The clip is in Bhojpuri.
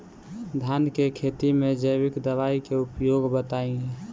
धान के खेती में जैविक दवाई के उपयोग बताइए?